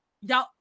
Y'all